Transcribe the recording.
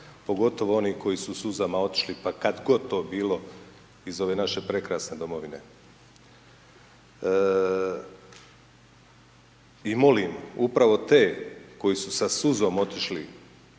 pogotovo onih koji su suzama otišli, pa kad god to bilo iz ove naše prekrasne domovine. I molim upravo te koji su sa suzom otišli